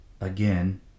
Again